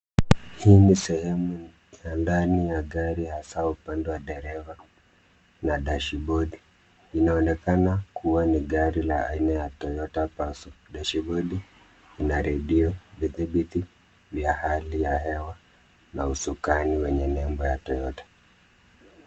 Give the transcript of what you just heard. Hii ni sehemu ya ndani ya gari ya saa upande wa dereva na dashibodi . Inaonekana kuwa ni gari aina ya toyota parson Dashibodi na redio, vidhibiti vya hali ya hewa na usukani wenye nembo ya toyota.